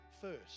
first